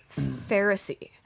Pharisee